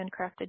handcrafted